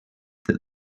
that